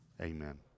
Amen